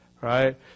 Right